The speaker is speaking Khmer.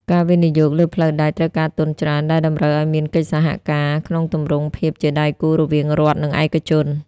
ការវិនិយោគលើផ្លូវដែកត្រូវការទុនច្រើន ដែលតម្រូវឱ្យមានកិច្ចសហការក្នុងទម្រង់ភាពជាដៃគូរវាងរដ្ឋ និងឯកជន។